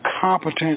competent